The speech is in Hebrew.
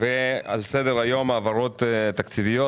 על סדר היום העברות תקציביות.